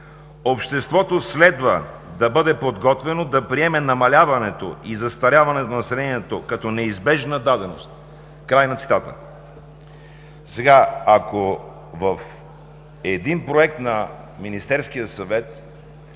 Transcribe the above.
„Обществото следва да бъде подготвено да приеме намаляването и застаряването на населението, като неизбежна даденост“, край на цитата. Ако в един Проект на Министерския съвет